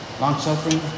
long-suffering